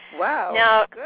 Wow